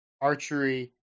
archery